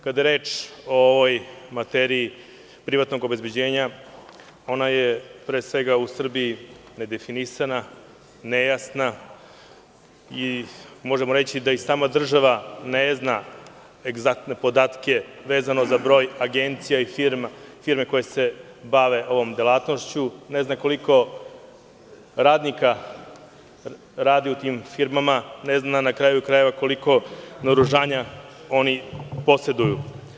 Kada je reč o ovoj materiji privatnog obezbeđenja, ona je u Srbiji nedefinisana, nejasna i možemo reći da i sama država ne zna egzaktne podatke vezano za broj agencija i firmi koje se bave ovom delatnošću, ne zna koliko radnika radi u tim firmama, ne zna, na kraju krajeva, koliko naoružanja oni poseduju.